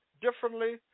differently